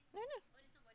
no no